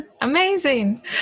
amazing